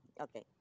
Okay